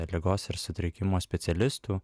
ligos ir sutrikimo specialistų